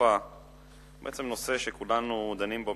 דחופה לסדר-היום הוא בעצם נושא שכולנו דנים בו